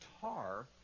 tar